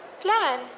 plan